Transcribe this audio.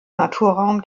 naturraum